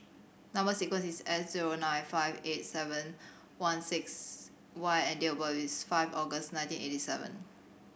number sequence is S zero nine five eight seven one six Y and date of birth is five August nineteen eighty seven